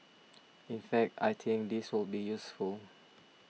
in fact I think this will be useful